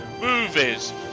movies